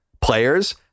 players